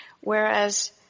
Whereas